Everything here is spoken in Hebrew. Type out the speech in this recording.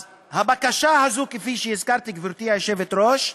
אז הבקשה הזו, כפי שהזכרתי, גברתי היושבת-ראש,